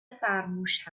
فرموش